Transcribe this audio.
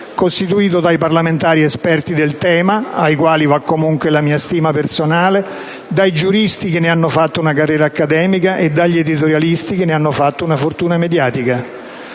costituito dai parlamentari esperti del tema - ai quali va comunque la mia stima personale - dai giuristi, che ne hanno fatto una carriera accademica, e dagli editorialisti, che ne hanno fatto una fortuna mediatica.